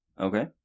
Okay